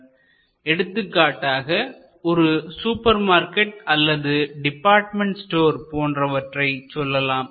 இதற்கு எடுத்துக்காட்டாக ஒரு சூப்பர் மார்க்கெட் அல்லது டிபார்ட்மெண்ட் ஸ்டோர் போன்றவற்றைச் சொல்லலாம்